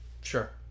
sure